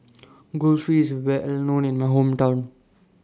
Kulfi IS Well known in My Hometown